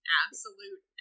absolute